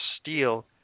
steel